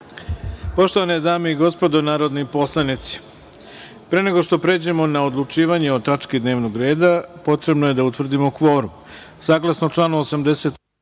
pauze)Poštovane dame i gospodo narodni poslanici, pre nego što pređemo na odlučivanje o tački dnevnog reda, potrebno je da utvrdimo kvorum. Saglasno članu 88.